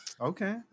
Okay